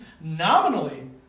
nominally